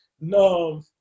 no